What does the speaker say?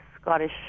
Scottish